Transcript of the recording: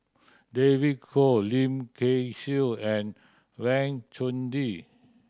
David Kwo Lim Kay Siu and Wang Chunde